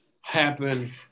happen